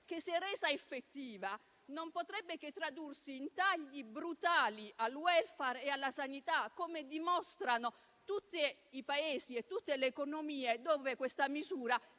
che se resa effettiva, non potrebbe che tradursi in tagli brutali al *welfare* e alla sanità, come dimostrano tutti i Paesi e tutte le economie dove questa misura